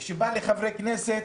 וכשזה בא לחברי כנסת,